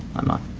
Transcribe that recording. i'm not